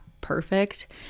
perfect